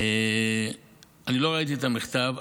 לא ראיתי את המכתב.